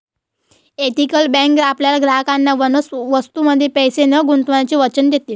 ethical bank आपल्या ग्राहकांना वस्तूंमध्ये पैसे न गुंतवण्याचे वचन देते